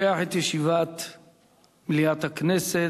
מליאת הכנסת.